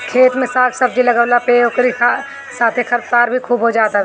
खेत में साग सब्जी लगवला पे ओकरी साथे खरपतवार भी खूब हो जात हवे